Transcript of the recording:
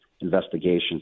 investigations